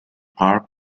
park